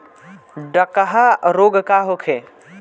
डकहा रोग का होखे?